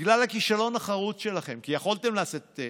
בגלל הכישלון החרוץ שלכם, כי יכולתם לעשות תקציב.